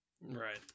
Right